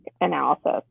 analysis